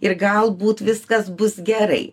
ir galbūt viskas bus gerai